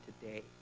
today